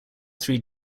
three